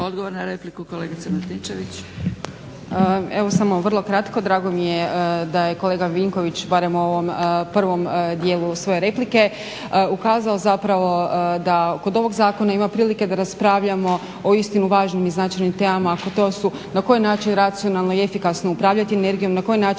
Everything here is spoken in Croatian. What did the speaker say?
Odgovor na repliku kolegice Martinčević.